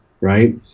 right